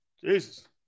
Jesus